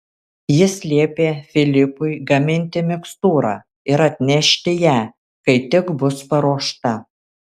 jis liepė filipui gaminti mikstūrą ir atnešti ją kai tik bus paruošta